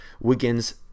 wiggins